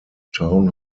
town